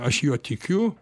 aš juo tikiu